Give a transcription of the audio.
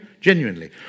Genuinely